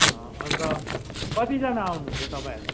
अन्त कतिजना आउनुहुन्छ तपाईँहरू